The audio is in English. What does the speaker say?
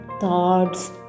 thoughts